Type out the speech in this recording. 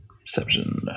Perception